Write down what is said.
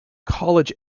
college